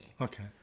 Okay